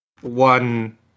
one